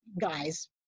guys